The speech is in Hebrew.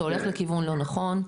אתה הולך לכיוון לא נכון.